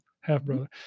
Half-brother